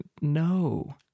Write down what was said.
no